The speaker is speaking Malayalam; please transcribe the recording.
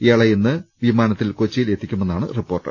ഇയാളെ ഇന്ന് വിമാനത്തിൽ കൊച്ചിയി ലെത്തിക്കുമെന്നാണ് റിപ്പോർട്ട്